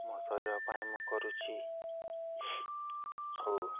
ମୋ ଶରୀର ପାଇଁ ମୁଁ କରୁଛି ଆଉ